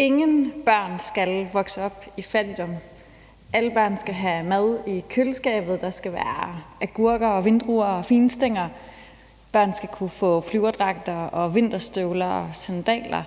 Ingen børn skal vokse op i fattigdom; alle børn skal have mad i køleskabet, der skal være agurker og vindruer og figenstænger; børn skal kunne få flyverdragter og vinterstøvler og sandaler;